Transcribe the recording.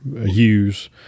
use